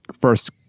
first